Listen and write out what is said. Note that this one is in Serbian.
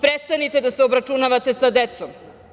Prestanite da se obračunavate sa decom.